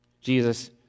Jesus